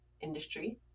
industry